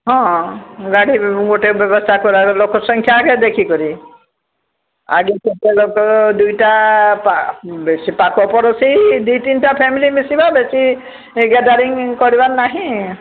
ହଁ ଗାଡ଼ିରୁ ଗୋଟେ ବ୍ୟବସ୍ଥା କରାଗଲା ଲୋକ ସଂଖ୍ୟା ଆଗେ ଦେଖିକରି ଆଜି ଦୁଇଟା ବେଶୀ ପାଖ ପଡ଼ୋଶୀ ଦୁଇ ତିନିଟା ଫ୍ୟାମିଲୀ ମିଶିବା ବେଶୀ ଗ୍ୟାଦରିଂ କରିବାର ନାହିଁ